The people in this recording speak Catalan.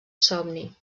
somni